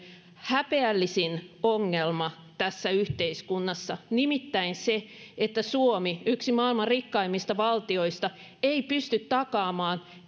häpeällisin ongelma tässä yhteiskunnassa nimittäin se että suomi yksi maailman rikkaimmista valtioista ei pysty takaamaan